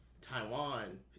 Taiwan